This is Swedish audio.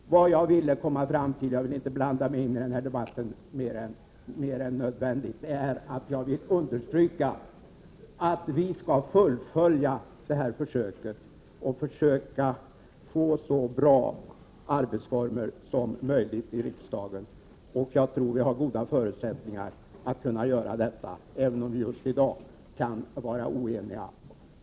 Jag vill understryka att vi skall fullfölja försöket att få så bra arbetsformer som möjligt i riksdagen. Jag tror att vi har goda förutsättningar för detta, även om vi just i dag kanske är oeniga.